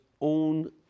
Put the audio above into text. own